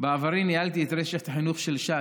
בעברי ניהלתי את רשת החינוך של ש"ס.